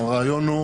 הרעיון הוא